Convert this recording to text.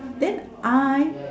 then I